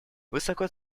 высоко